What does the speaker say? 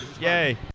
Yay